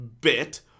bit